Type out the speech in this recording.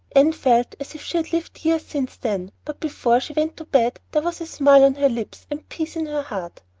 anne felt as if she had lived years since then, but before she went to bed there was a smile on her lips and peace in her heart.